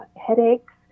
headaches